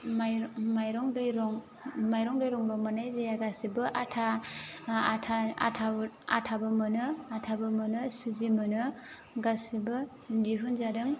माइरं माइरं दैरं माइरं दैरंबो मोन्नाय जाया गासिबो आटा आटाबो आटाबो मोनो आटाबो मोनो सुजि मोनो गासिबो दिहुनजादों